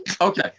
Okay